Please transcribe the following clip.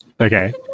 okay